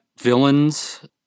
villains